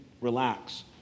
relax